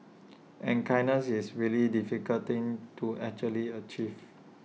and kindness is really difficult thing to actually achieve